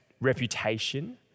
reputation